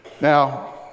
Now